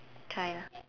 try ah